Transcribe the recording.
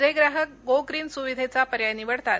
जे ग्राहक go green सुविधेचा पर्याय निवडतात